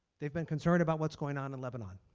they been concerned about what's going on in lebanon.